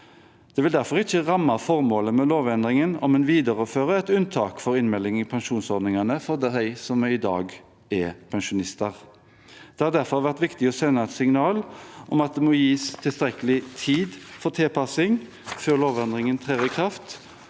Det vil derfor ikke ramme formålet med lovendringen om en viderefører et unntak for innmelding i pensjonsordningene for dem som i dag er pensjonister. Det har derfor vært viktig å sende et signal om at det må gis tilstrekkelig tid for tilpassing før lovendringen trer i kraft,